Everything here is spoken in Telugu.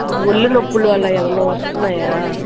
మొల్లి నొప్పులు అలా ఏమైనా వస్తున్నాయా